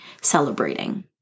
celebrating